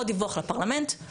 או דיווח לפרלמנט,